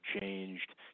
changed